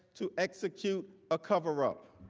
to execute a cover up.